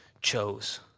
chose